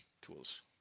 tools